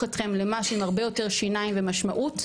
אתכם למשהו עם הרבה יותר שיניים ומשמעות,